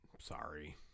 sorry